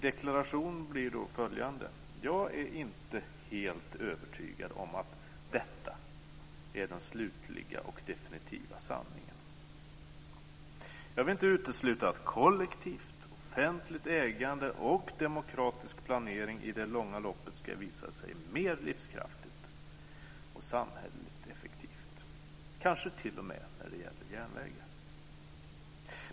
Deklarationen blir då följande: Jag är inte helt övertygad om att detta är den slutliga och definitiva sanningen. Jag vill inte utesluta att kollektivt, offentligt ägande och demokratisk planering i det långa loppet visar sig mer livskraftigt och samhälleligt effektivt, kanske t.o.m. när det gäller järnvägar.